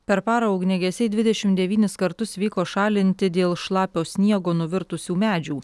per parą ugniagesiai dvidešimt devynis kartus vyko šalinti dėl šlapio sniego nuvirtusių medžių